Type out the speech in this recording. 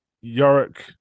Yorick